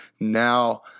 now